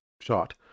shot